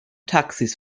taxis